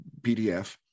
PDF